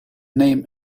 name